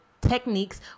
techniques